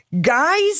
guys